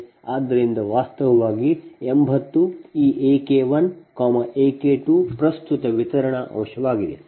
ಆದ್ದರಿಂದ ಇದು ವಾಸ್ತವವಾಗಿ 80ಈ A K1 A K2 ಪ್ರಸ್ತುತ ವಿತರಣಾ ಅಂಶವಾಗಿದೆ